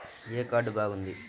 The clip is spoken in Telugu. ఏ కార్డు బాగుంది?